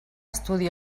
estudi